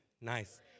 Nice